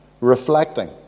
reflecting